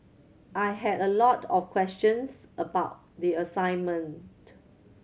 I had a lot of questions about the assignment